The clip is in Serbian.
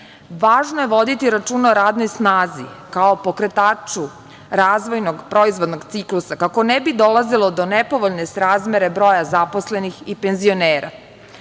je voditi računa o radnoj snazi, kao pokretaču razvojnog proizvodnog ciklusa, kako ne bi dolazilo do nepovoljne srazmere broja zaposlenih i penzionera. Reforma